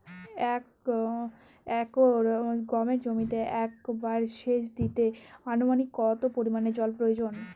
এক একর গমের জমিতে একবার শেচ দিতে অনুমানিক কত পরিমান জল প্রয়োজন?